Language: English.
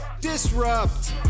Disrupt